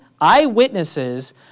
eyewitnesses